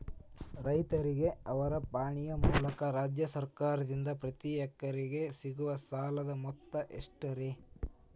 ರೈತರಿಗೆ ಅವರ ಪಾಣಿಯ ಮೂಲಕ ರಾಜ್ಯ ಸರ್ಕಾರದಿಂದ ಪ್ರತಿ ಹೆಕ್ಟರ್ ಗೆ ಸಿಗುವ ಸಾಲದ ಮೊತ್ತ ಎಷ್ಟು ರೇ?